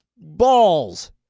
balls